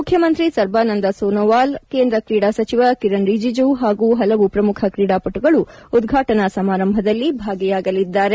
ಮುಖ್ಯಮಂತ್ರಿ ಸರ್ಬಾನಂದ್ ಸೋನೊವಾಲ್ ಕೇಂದ್ರ ಕ್ರೀಡಾ ಸಚಿವ ಕಿರಣ್ ರಿಜಿಜು ಹಾಗೂ ಪಲವು ಪ್ರಮುಖ ಕ್ರೀಡಾಪಟುಗಳು ಉದ್ಘಾಟನಾ ಸಮಾರಂಭದಲ್ಲಿ ಭಾಗಿಯಾಗಲಿದ್ದಾರೆ